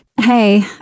Hey